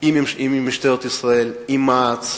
עם משטרת ישראל, עם מע"צ,